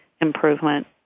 improvement